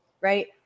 right